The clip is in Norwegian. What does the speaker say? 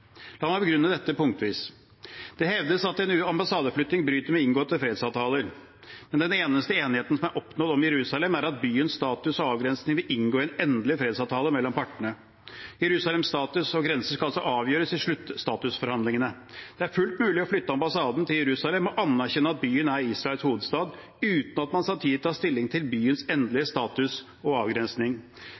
La meg begrunne dette punktvis. Det hevdes at en ambassadeflytting bryter med inngåtte fredsavtaler. Men den eneste enigheten som er oppnådd om Jerusalem, er at byens status og avgrensning vil inngå i en endelig fredsavtale mellom partene. Jerusalems status og grenser skal altså avgjøres i sluttstatusforhandlingene. Det er fullt mulig å flytte ambassaden til Jerusalem og anerkjenne at byen er Israels hovedstad, uten at man samtidig tar stilling til byens endelige status og avgrensning.